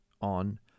on